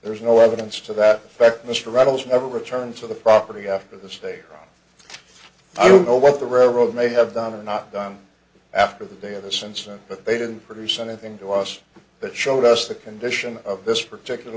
there's no evidence to that effect mr ruggles never returned to the property after the state i don't know what the railroad may have done or not done after the day of this incident but they didn't produce anything to us that showed us the condition of this particular